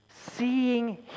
seeing